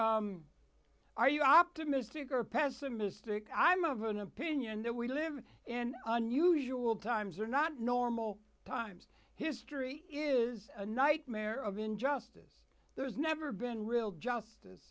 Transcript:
you are you optimistic or pessimistic i'm of an opinion that we live in unusual times are not normal times history is a nightmare of injustice there's never been real justice